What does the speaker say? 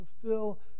fulfill